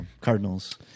Cardinals